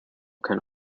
can